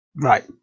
Right